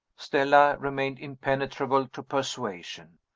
stella remained impenetrable to persuasion.